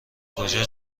کجا